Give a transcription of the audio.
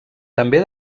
també